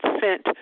sent